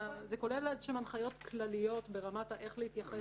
זה כולל איזה שהן הנחיות כלליות ברמת איך להתייחס